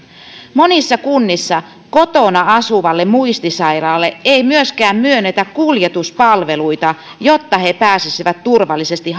monissa kunnissa kotona asuvalle muistisairaalle ei myöskään myönnetä kuljetuspalveluita jotta he pääsisivät turvallisesti